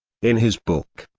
in his book,